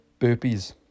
burpees